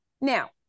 now